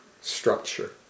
structure